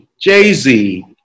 Jay-Z